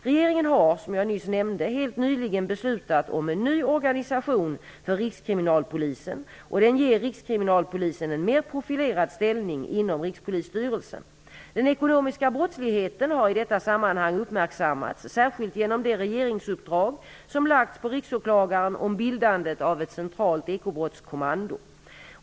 Regeringen har, som jag nyss nämnde, helt nyligen beslutat om en ny organisation för Rikskriminalpolisen, och den ger Rikskriminalpolisen en mer profilerad ställning inom Rikspolisstyrelsen. Den ekonomiska brottsligheten har i detta sammanhang uppmärksammats särskilt genom det regeringsuppdrag som lagts på Riksåklagaren om bildandet av ett centralt ekobrottskommando.